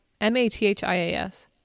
m-a-t-h-i-a-s